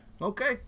Okay